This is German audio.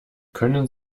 können